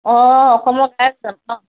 অঁ অসমৰ গায়কজন ন'